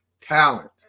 talent